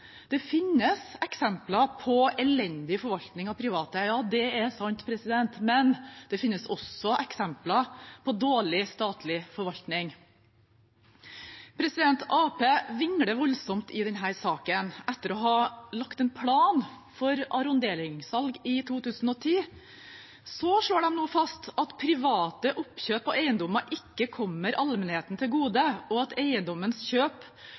det ikke. Det finnes eksempler på elendig forvaltning av private eiere, det er sant, men det finnes også eksempler på dårlig statlig forvaltning. Arbeiderpartiet vingler voldsomt i denne saken. Etter å ha lagt en plan for arronderingssalg i 2010, slår de nå fast: «Private oppkjøp av eiendommene kommer ikke allmennheten til gode.